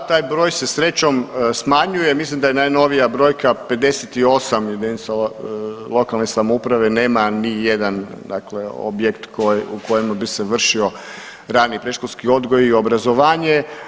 Da taj broj se srećom smanjuje, mislim da je najnovija brojka 58 jedinica lokalne samouprave nema ni jedan dakle objekt koji, u kojemu bi se vršio rani predškolski odgoj i obrazovanje.